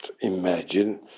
imagine